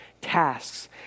tasks